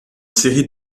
série